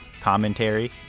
commentary